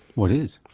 what is?